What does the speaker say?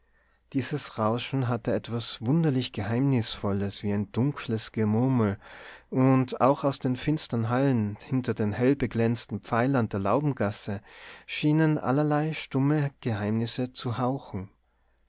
dieses rauschen hatte etwas wunderlich geheimnisvolles wie ein dunkles gemurmel und auch aus den finsteren hallen hinter den hellbeglänzten pfeilern der laubengasse schienen allerlei stumme geheimnisse zu hauchen